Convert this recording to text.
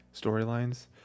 storylines